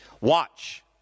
Watch